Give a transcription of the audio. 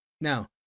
Now